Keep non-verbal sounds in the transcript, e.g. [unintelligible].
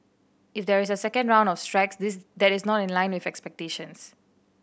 if there is a second round of strikes [unintelligible] that is not in line with expectations